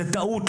זאת טעות,